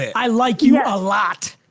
i like you a lot.